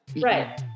Right